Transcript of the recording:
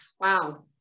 Wow